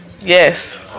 Yes